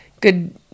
good